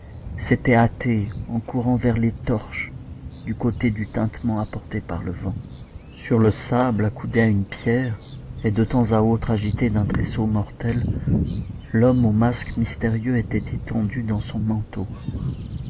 s'était hâtée en courant vers les torches du côté du tintement apporté par le vent sur le sable accoudé à une pierre et de temps à autre agité d'un tressaut mortel l'homme au masque mystérieux était étendu dans son manteau